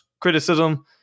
criticism